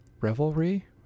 revelry